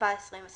התשפ"א 2021